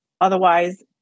Otherwise